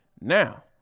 Now